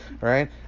right